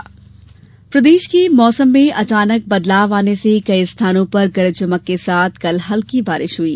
मौसम प्रदेश के मौसम में अचानक बदलाव आने से कई स्थानों पर गरज चमक के साथ कल हल्की बारिश हुई